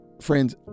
friends